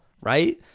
right